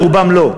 לרובם לא.